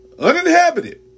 uninhabited